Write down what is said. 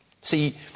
See